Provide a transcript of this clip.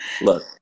look